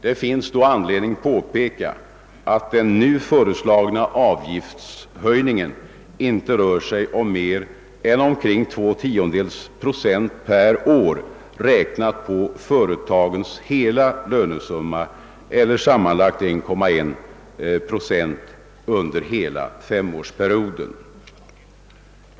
Det finns då anledning påpeka att den föreslagna avgiftshöjningen inte rör sig om mer än om cirka 0,2 procent per år, räknat på företagens hela lönesumma, eller sammanlagt 1,1 procent under hela femårsperioden.